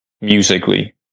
musically